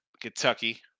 Kentucky